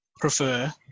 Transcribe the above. prefer